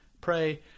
pray